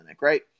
right